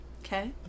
okay